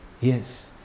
yes